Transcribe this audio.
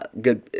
good